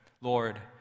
Lord